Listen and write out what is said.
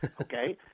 okay